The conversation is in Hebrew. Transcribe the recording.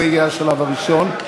זה יהיה השלב הראשון.